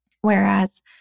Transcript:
Whereas